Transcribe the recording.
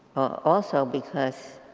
also because,